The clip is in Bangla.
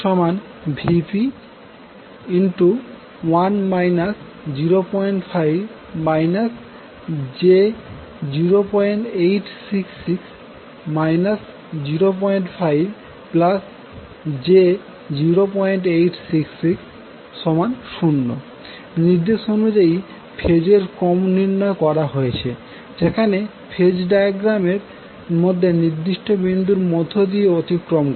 সুতরাং আমরা যদি এখানে গননা করি VanVbnVcnVp∠0°Vp∠ 120°Vp∠120° Vp1 05 j0866 05j0866 0 নির্দেশ অনুযায়ী ফেজের ক্রম নির্ণয় করা হয়েছে যেখানে ফেজ ডায়াগ্রাম এর মধ্যে নির্দিষ্ট বিন্দুর মধ্যদিয়ে অতিক্রম করে